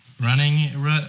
Running